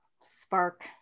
spark